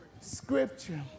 Scripture